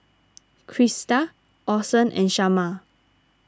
Krista Orson and Shamar